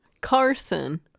Carson